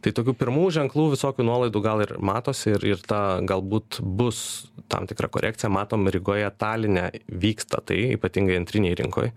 tai tokių pirmų ženklų visokių nuolaidų gal ir matosi ir ir tą galbūt bus tam tikra korekcija matom rygoje taline vyksta tai ypatingai antrinėj rinkoj